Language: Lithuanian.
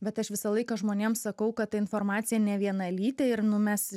bet aš visą laiką žmonėm sakau kad ta informacija nevienalytė ir nu mes